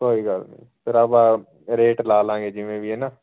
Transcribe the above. ਕੋਈ ਗੱਲ ਨਹੀਂ ਫਿਰ ਆਪਾਂ ਰੇਟ ਲਾ ਲਵਾਂਗੇ ਜਿਵੇਂ ਵੀ ਹੈ ਨਾ